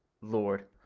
Lord